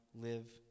live